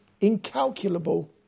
incalculable